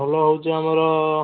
ଭଲ ହେଉଛି ଆମର